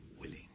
willing